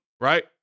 right